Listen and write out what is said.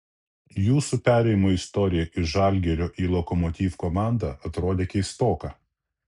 jūsų perėjimo istorija iš žalgirio į lokomotiv komandą atrodė keistoka